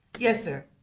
yes sir.